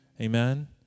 Amen